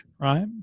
right